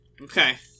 Okay